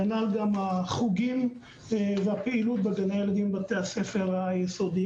כנ"ל גם החוגים והפעילות בגני הילדים בבתי הספר היסודיים.